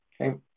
Okay